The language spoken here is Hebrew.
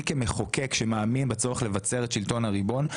אני כמחוקק שמאמין בצורך לבצר את שלטון הריבון,